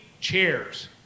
chairs